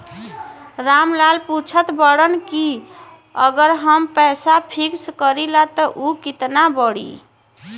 राम लाल पूछत बड़न की अगर हम पैसा फिक्स करीला त ऊ कितना बड़ी?